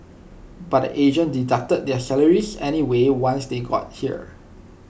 but the agent deducted their salaries anyway once they got here